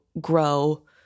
grow